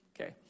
Okay